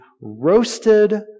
roasted